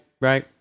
Right